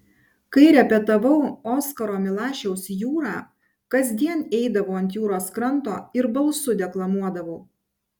kai repetavau oskaro milašiaus jūrą kasdien eidavau ant jūros kranto ir balsu deklamuodavau